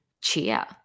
cheer